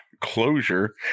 closure